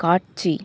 காட்சி